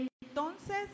entonces